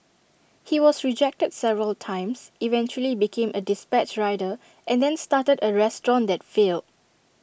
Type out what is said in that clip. he was rejected several times eventually became A dispatch rider and then started A restaurant that failed